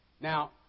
Now